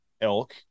elk